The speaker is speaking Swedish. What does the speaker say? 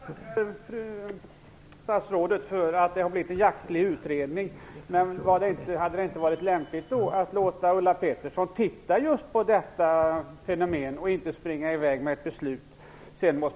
Herr talman! Jag tackar statsrådet för att det har blivit en jaktlig utredning. Men hade det inte varit lämpligt att låta Ulla Pettersson titta på detta fenomen och inte skynda på med ett beslut.